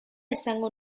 esango